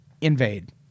invade